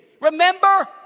Remember